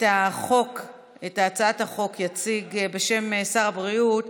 את הצעת החוק יציג, בשם שר הבריאות,